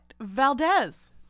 Valdez